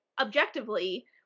objectively